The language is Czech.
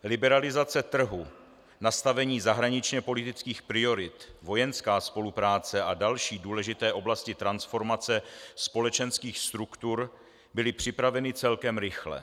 Liberalizace trhu, nastavení zahraničněpolitických priorit, vojenská spolupráce a další důležité oblasti transformace společenských struktur byly připraveny celkem rychle.